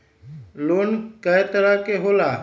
Loan कय तरह के होला?